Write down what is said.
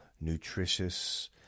nutritious